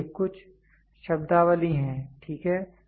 तो ये कुछ शब्दावली हैं ठीक है